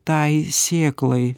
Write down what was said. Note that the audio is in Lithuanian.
tai sėklai